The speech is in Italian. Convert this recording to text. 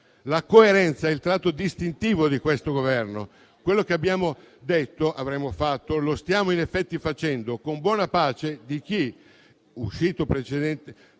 La coerenza è il tratto distintivo di questo Governo. Quello che abbiamo detto che avremmo fatto lo stiamo in effetti facendo, con buona pace di chi, uscito precedentemente